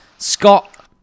Scott